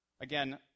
again